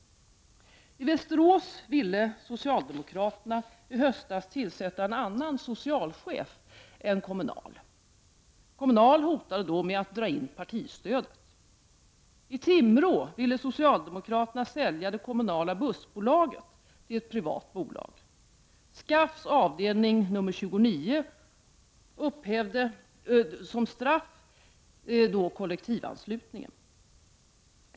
I Västerås ville socialdemokraterna i höstas tillsätta en annan socialchef än Kommunal. Kommunal hotade då med att dra in partistödet. I Timrå ville socialdemokraterna sälja det kommunala bussbolaget till ett privat bolag. SKAF:s avdelning 29 upphävde som straff kollektivanslutningen.